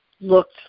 looked